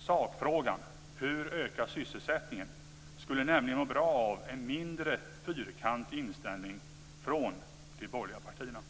Sakfrågan - hur öka sysselsättningen - skulle nämligen må bra av en mindre fyrkantig inställning från de borgerliga partierna.